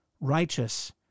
righteous